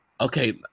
Okay